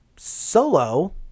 solo